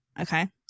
Okay